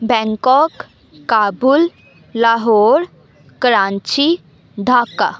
Bangkok Kabul Lahore Karachi Dhaka